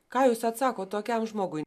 ką jūs atsakot tokiam žmogui